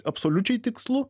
absoliučiai tikslu